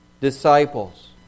disciples